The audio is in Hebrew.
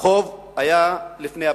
החוב היה לפני הבחירות.